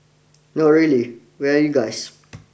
no really where are you guys